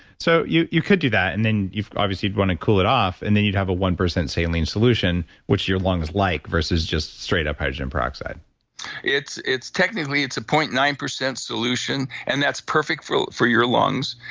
so, you you could do that. and then you'd obviously want to cool it off, and then you'd have a one percent saline solution, which your lungs like versus just straight up hydrogen peroxide it's it's technically, it's a zero point nine zero solution and that's perfect for for your lungs.